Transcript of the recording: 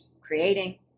creating